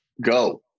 go